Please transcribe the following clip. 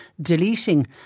deleting